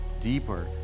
deeper